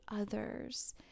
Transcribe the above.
others